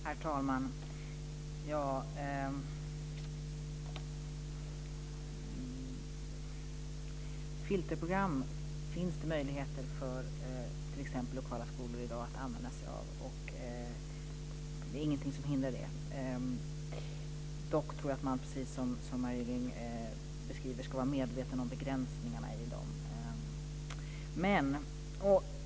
Herr talman! Det finns möjligheter för t.ex. lokala skolor i dag att använda sig av filterprogram. Det är ingenting som hindrar det. Dock tror jag att man, precis som herr Gylling beskriver, ska vara medveten om begränsningarna i dem.